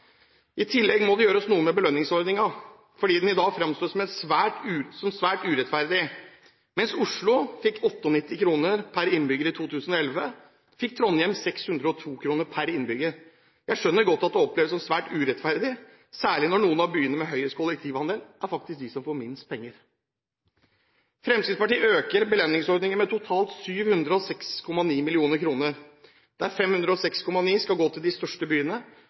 I tillegg må det gjøres noe med belønningsordningen, fordi den i dag fremstår som svært urettferdig: Mens Oslo fikk 98 kr per innbygger i 2011, fikk Trondheim 602 kr per innbygger. Jeg skjønner godt at det oppleves som svært urettferdig, særlig når noen av byene med høyest kollektivandel faktisk er de som får minst penger. Fremskrittspartiet øker belønningsordningen med totalt 706,9 mill. kr, der 506,9 mill. kr skal gå til de største byene